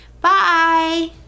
Bye